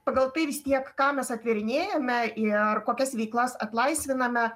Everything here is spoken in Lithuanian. pagal tai vis tiek ką mes atverinėjame ir kokias veiklas atlaisviname